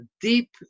deep